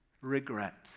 regret